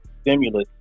stimulus